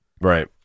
Right